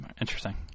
interesting